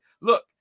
look